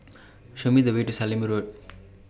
Show Me The Way to Sallim Road